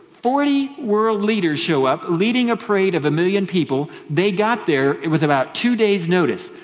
forty world leaders show up leading a parade of a million people. they got there, it was about two days notice.